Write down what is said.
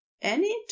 Any